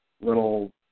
little